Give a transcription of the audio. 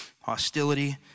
hostility